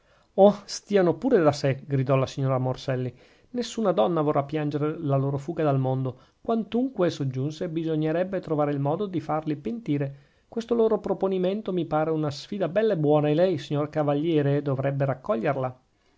oh stiano pure da sè gridò la signora morselli nessuna donna vorrà piangere la loro fuga dal mondo quantunque soggiunse bisognerebbe trovare il modo di farli pentire questo loro proponimento mi pare una sfida bella e buona e lei signor cavaliere dovrebbe raccoglierla